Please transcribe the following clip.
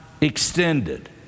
extended